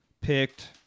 picked